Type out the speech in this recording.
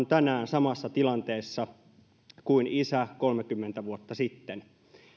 tänään samassa tilanteessa kuin isä kolmekymmentä vuotta sitten